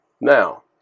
Now